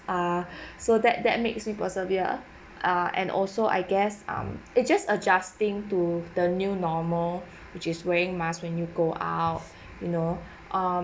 err so that that makes me persevere err and also I um guess it just adjusting to the new normal which is wearing masks when you go out you know um